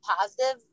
positive